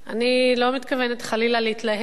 אני לא מתכוונת חלילה להתלהם,